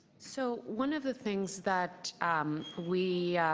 so one of the things that we